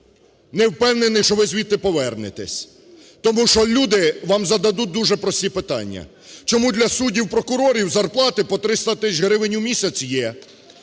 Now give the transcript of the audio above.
не впевнений, що ви звідти повернетесь, тому що люди вам зададуть дуже прості питання. Чому для суддів, прокурорів зарплати по 300 тисяч гривень у місяць є.